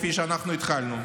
כפי שאנחנו התחלנו,